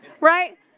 right